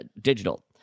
digital